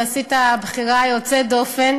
שעשית בחירה יוצאת דופן.